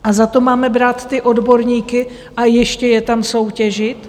A za to máme brát ty odborníky a ještě je tam soutěžit?